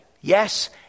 yes